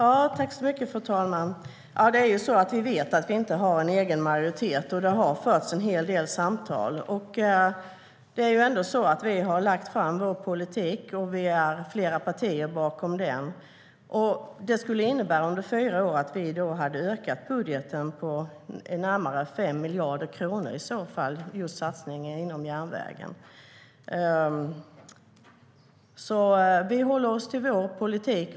Fru talman! Vi vet att vi inte har egen majoritet, och det har förts en hel del samtal. Vi har lagt fram vår politik, och vi är flera partier bakom den. Det skulle under fyra år innebära att vi ökade budgeten med närmare 5 miljarder kronor när det gäller just satsningar på järnvägen. Vi håller oss till vår politik.